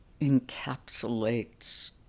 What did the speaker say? encapsulates